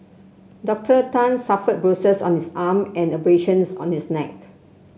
Doctor Tan suffered bruises on his arm and abrasions on his neck